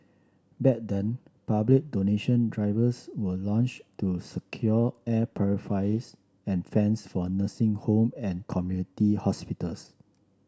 back then public donation drivers were launched to secure air purifiers and fans for nursing homes and community hospitals